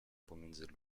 pomiędzy